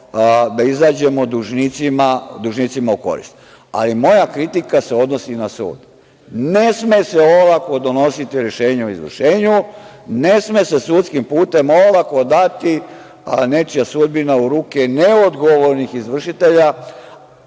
da izađemo dužnicima u koristi. Ali, moja kritika se odnosi na sud. Ne sme se olako donositi rešenje o izvršenju. Ne sme se sudskim putem olako dati, a nečija sudbina u ruke neodgovornih izvršitelja,